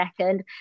second